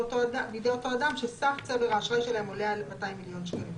בידי אותו אדם ואשר סך צבר האשראי שלהם עולה על 200 מיליון שקלים חדשים,